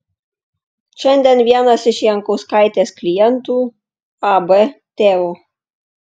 šiandien vienas iš jankauskaitės klientų ab teo